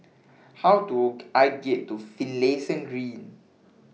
How Do I get to Finlayson Green